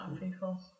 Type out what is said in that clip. people